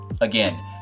Again